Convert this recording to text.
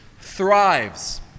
thrives